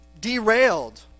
derailed